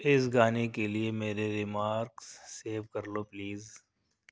اس گانے کے لیے میرے ریمارکس سیو کر لو پلیز